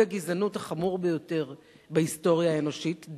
הגזענות החמור ביותר בהיסטוריה האנושית,